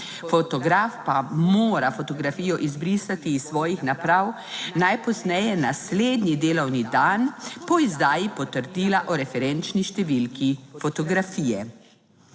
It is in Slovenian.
Fotograf pa mora fotografijo izbrisati iz svojih naprav najpozneje naslednji delovni dan po izdaji potrdila o referenčni številki fotografije.